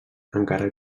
encara